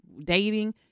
dating